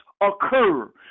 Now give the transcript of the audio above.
occur